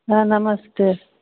हँ नमस्ते